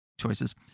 choices